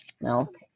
milk